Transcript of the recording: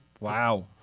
Wow